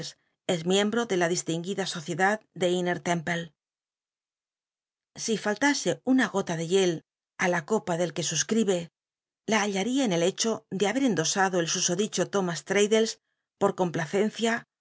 ese miembro de la distinguida sociedad de inner'fcmplc si faltase una gola de hiel á la copa del que suscl'ibe la hallat'ia en el hecho de haber endosado el susodicho tomüs l'i'addles por complacencia una